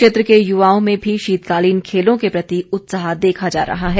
क्षेत्र के युवाओं में भी शीतकालीन खेलों के प्रति उत्साह देखा जा रहा है